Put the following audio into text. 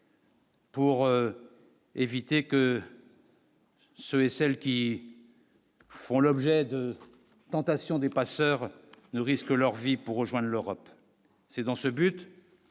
Pour éviter que. Ceux et celles qui font l'objet de tentation des passeurs ne risquent leur vie pour rejoindre l'Europe, c'est dans ce but